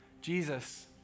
Jesus